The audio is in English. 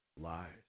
lies